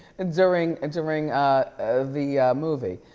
and during and during the movie.